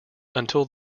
until